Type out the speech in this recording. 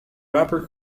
rapper